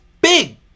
big